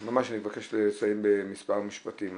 אני מבקש לסיים במספר משפטים.